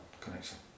connection